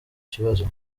kibazo